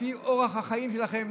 לפי אורח החיים שלכם,